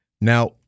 Now